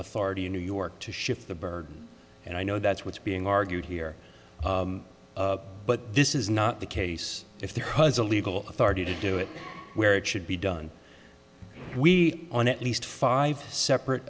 authority in new york to shift the burden and i know that's what's being argued here but this is not the case if the has a legal authority to do it where it should be done we on at least five separate